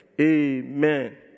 Amen